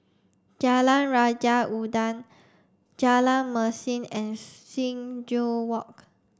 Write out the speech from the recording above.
jalan Raja Udang Jalan Mesin and Sing Joo Walk